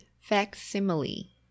facsimile